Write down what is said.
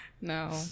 No